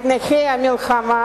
את נכי המלחמה